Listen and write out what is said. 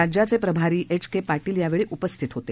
राज्याचे प्रभारी H K Patil यावेळी उपस्थित होते